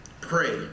pray